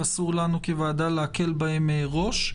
אסור לנו כוועדה להקל בהם ראש.